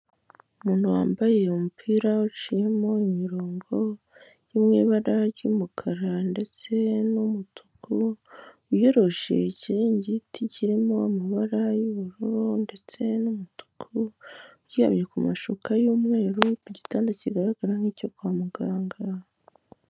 Umuntu wambaye umupira uciyemo imirongo, ibara ry'umukara ndetse n'umutuku. wiyoroshe ikiringiti kirimo amabara y'ubururu ndetse n'umutuku. Uryayamye ku mashuka y'umweru, ku gitanda kigaragara nk'icyo kwa muganga.